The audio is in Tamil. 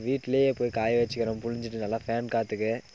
வீட்டிலே போயி காய வெச்சுக்கறேன் பிழிஞ்சிட்டு நல்லா ஃபேன் காற்றுக்கு